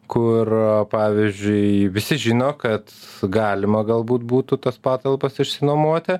kur pavyzdžiui visi žino kad galima galbūt būtų tas patalpas išsinuomoti